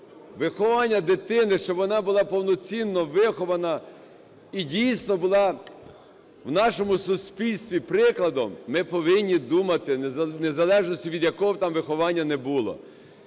виховання дитини, щоб вона була повноцінно вихована і дійсно була в нашому суспільстві прикладом, ми повинні думати, незалежно від того, яке б виховання не було.